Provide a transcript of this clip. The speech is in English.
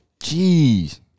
Jeez